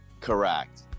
Correct